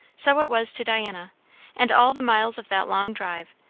so it was to diana and all the miles of that long drive,